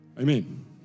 Amen